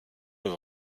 neuf